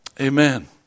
Amen